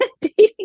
dating